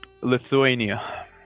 Lithuania